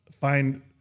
find